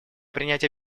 принятие